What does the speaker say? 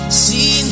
see